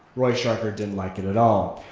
roy stryker didn't like it at all.